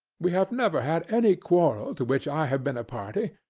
we have never had any quarrel, to which i have been a party.